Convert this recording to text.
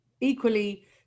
equally